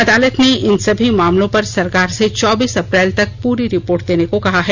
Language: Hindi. अदालत ने इन सभी मामलों पर सरकार से चौबीस अप्रैल तक पूरी रिपोर्ट देने को कहा है